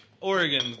Oregon